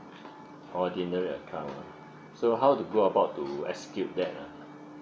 ordinary account so how to go about to execute that ah